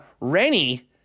Rennie